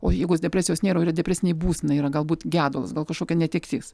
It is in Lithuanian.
o jeigu tos depresijos nėra o yra depresinė būsena yra galbūt gedulas gal kažkokia netektis